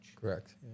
Correct